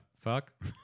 fuck